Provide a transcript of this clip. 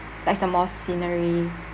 likes a more scenery